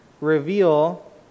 reveal